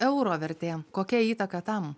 euro vertė kokia įtaka tam